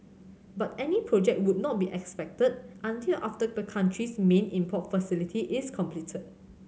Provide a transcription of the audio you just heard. but any project would not be expected until after the country's main import facility is completed